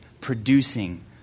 producing